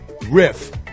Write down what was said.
riff